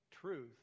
truth